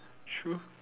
true